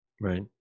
Right